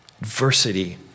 adversity